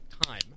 time